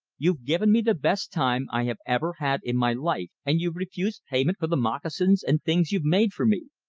you've given me the best time i have ever had in my life, and you've refused payment for the moccasins and things you've made for me.